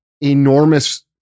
enormous